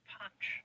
punch